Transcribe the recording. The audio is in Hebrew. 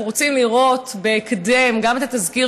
אנחנו רוצים לראות בהקדם גם את התזכיר